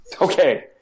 Okay